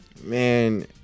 Man